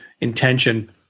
intention